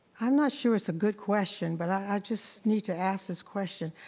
i'm not sure is a good question but i just need to ask this question.